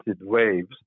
waves